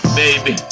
baby